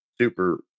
super